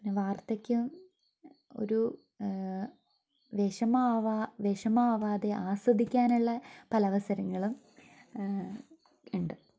പിന്നെ വാർദ്ധക്യം ഒരു വിഷമാവാതെ ആസ്വദിക്കാനുള്ള പല അവസരങ്ങളും ഉണ്ട്